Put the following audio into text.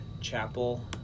Chapel